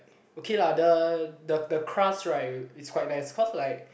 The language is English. okay lah the the the crust right is quite nice cause like